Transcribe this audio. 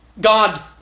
God